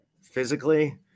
physically